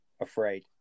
afraid